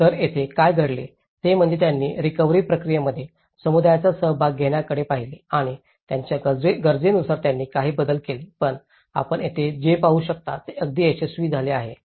तर येथे काय घडते ते म्हणजे त्यांनी रिकव्हरी प्रक्रियेमध्ये समुदायाचा सहभाग घेण्याकडे पाहिले आणि त्यांच्या गरजेनुसार त्यांनी काही बदल केले पण आपण येथे जे पाहू शकता ते अगदी यशस्वी झाले आहे